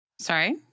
sorry